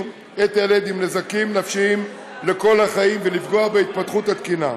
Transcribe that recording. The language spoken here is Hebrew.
את הילד עם נזקים נפשיים לכל החיים ולפגוע בהתפתחות התקינה.